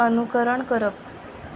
अनुकरण करप